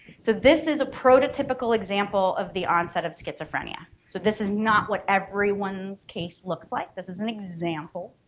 so this is a prototypical example of the onset of schizophrenia, so this is not what everyone's case looks like this is an example.